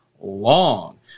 long